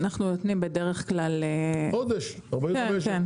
אנחנו נותנים בדרך כלל ---- חודש, 45 יום?